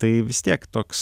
tai vis tiek toks